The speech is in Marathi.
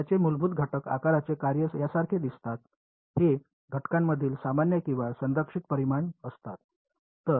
तर त्यांचे मूलभूत घटक आकाराचे कार्य यासारखे दिसतात हे घटकांमधील सामान्य किंवा संरक्षित परिमाण असतात